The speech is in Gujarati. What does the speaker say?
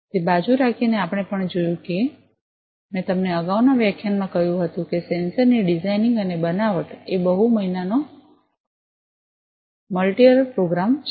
તે બાજુ રાખીને આપણે પણ જોયું છે કે મેં તમને અગાઉના વ્યાખ્યાનમાં કહ્યું હતું કે સેન્સર ની ડિઝાઇનિંગ અને બનાવટ એ બહુ મહિનાનો મલ્ટિઅઅર પ્રોગ્રામ છે